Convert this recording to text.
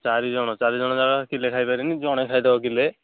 ଚାରି ଜଣ ଚାରି ଜଣ ଯାକ କିଲେ ଖାଇ ପାରିବେନି ଜଣେ ଖାଇଦେବ କିଲେ